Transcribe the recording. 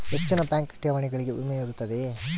ಹೆಚ್ಚಿನ ಬ್ಯಾಂಕ್ ಠೇವಣಿಗಳಿಗೆ ವಿಮೆ ಇರುತ್ತದೆಯೆ?